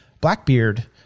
Blackbeard